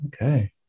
Okay